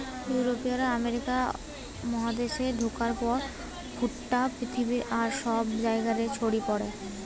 ইউরোপীয়রা আমেরিকা মহাদেশে ঢুকার পর ভুট্টা পৃথিবীর আর সব জায়গা রে ছড়ি পড়ে